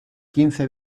quince